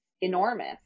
enormous